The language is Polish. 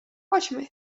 chodźmy